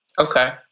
Okay